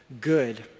good